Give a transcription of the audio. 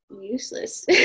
useless